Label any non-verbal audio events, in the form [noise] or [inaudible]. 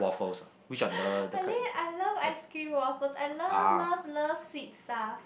[breath] really I love ice cream waffles I love love love sweet stuff